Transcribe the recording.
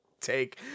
take